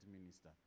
minister